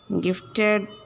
gifted